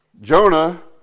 Jonah